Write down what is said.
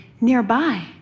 nearby